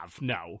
No